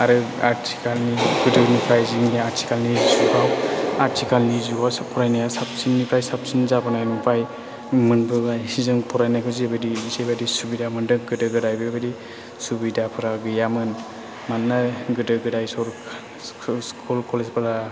आरो आथिखालनि गोदोनिफ्राय जोंनि आथिखालनि जुगाव आथिखालनि जुगावसो फरायनाया साबसिन निफ्राय साबसिन जाबोनाय नुबाय मोनबोबाय जों फरायनायखौ जेबायदि जेबायदि सुबिदा मोनदों गोदो गोदाय बेबायदि सुबिदाफ्रा गैयामोन मानोना गोदो गोदाय स्कुल कलेजफोरा